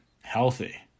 healthy